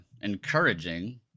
encouraging